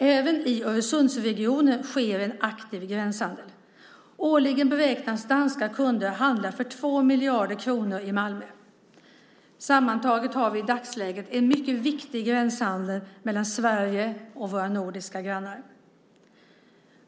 Även i Öresundsregionen sker en aktiv gränshandel. Årligen beräknas danska kunder handla för 2 miljarder kronor i Malmö. Sammantaget har vi i dagsläget en mycket viktig gränshandel mellan Sverige och våra nordiska grannar.